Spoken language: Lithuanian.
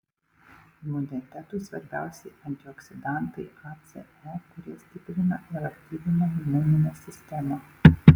imunitetui svarbiausi antioksidantai a c e kurie stiprina ir aktyvina imuninę sistemą